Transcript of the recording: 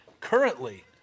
currently